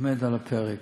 עומד על הפרק.